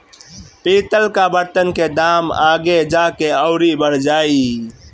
पितल कअ बर्तन के दाम आगे जाके अउरी बढ़ जाई